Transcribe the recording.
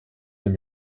deux